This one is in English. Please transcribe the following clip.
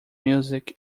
music